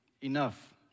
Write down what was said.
enough